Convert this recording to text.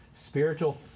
Spiritual